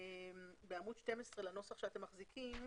בעמוד 12 בנוסח שאתם מחזיקים,